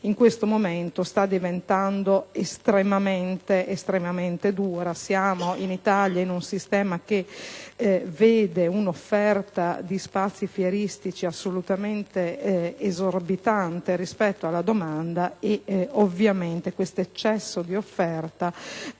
in questo momento sta diventando estremamente dura. In Italia abbiamo un sistema che vede un'offerta di spazi fieristici esorbitante rispetto alla domanda e questo eccesso di offerta,